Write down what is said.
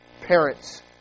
Parents